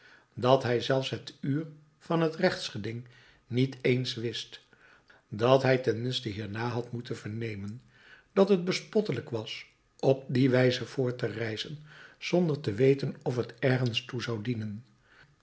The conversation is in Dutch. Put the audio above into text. dat hij zelfs het uur van het rechtsgeding niet eens wist dat hij ten minste hiernaar had moeten vernemen dat het bespottelijk was op die wijze voort te reizen zonder te weten of het ergens toe zou dienen